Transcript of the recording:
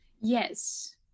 yes